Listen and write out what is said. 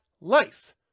life